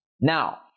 Now